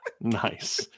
Nice